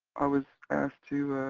i was asked to